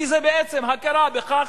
כי זה בעצם הכרה בכך,